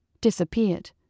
disappeared